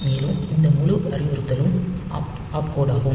மேலும் இந்த முழு அறிவுறுத்தலும் ஆப்கோடாகும்